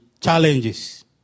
challenges